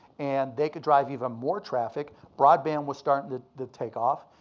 and they could drive even more traffic. broadband was starting to take off.